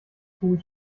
kugel